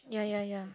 yeah yeah yeah